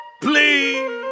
please